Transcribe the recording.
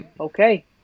Okay